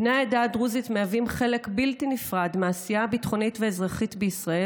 בני העדה הדרוזית הם חלק בלתי נפרד מהעשייה הביטחונית והאזרחית בישראל,